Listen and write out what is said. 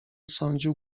sądził